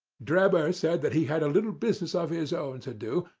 drebber said that he had a little business of his own to do,